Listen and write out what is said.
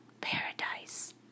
paradise